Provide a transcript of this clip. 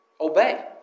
Obey